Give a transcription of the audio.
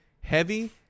heavy